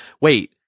Wait